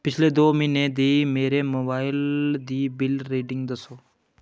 पिछले दौ म्हीनें दी मेरे मोबाइल दी बिल रीडिंग दस्सो